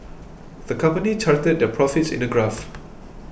the company charted their profits in a graph